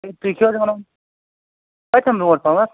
تُہۍ کیٛاہ کَتٮ۪ن برٛونٛٹھ پہمَتھ